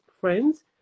friends